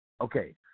Okay